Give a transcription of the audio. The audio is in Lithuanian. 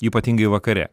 ypatingai vakare